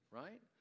right